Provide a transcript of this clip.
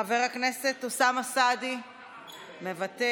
חבר הכנסת אוסמה סעדי מוותר,